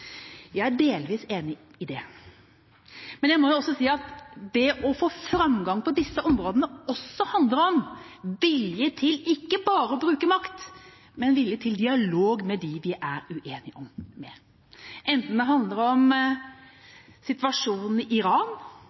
det. Men jeg må også si at det å få framgang på disse områdene også handler om vilje til ikke bare å bruke makt, men vilje til dialog med dem vi er uenig med, enten det handler om situasjonen i Iran,